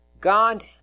God